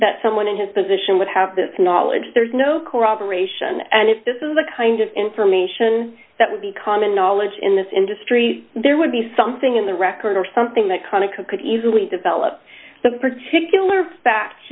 that someone in his position would have this knowledge there's no corroboration and if this is the kind of information that would be common knowledge in this industry there would be something in the record or something that conoco could easily develop the particular as